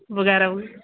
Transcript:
ਵਗੈਰਾ